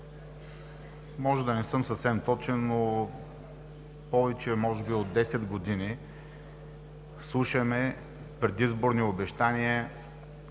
Може да не съм съвсем точен, но може би повече от 10 години слушаме предизборни обещания